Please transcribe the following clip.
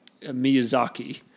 Miyazaki